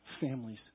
families